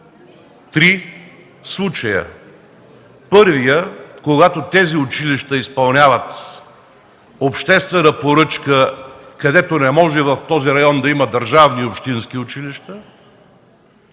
три случая – първия, когато тези училища изпълняват обществена поръчка, където не може в този район да има държавни и общински училища,